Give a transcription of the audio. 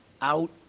out